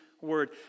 word